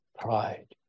Pride